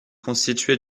constitué